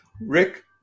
Rick